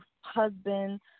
husband